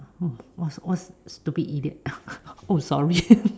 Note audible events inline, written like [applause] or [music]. !wah! what stupid idiot [laughs] oh sorry [laughs]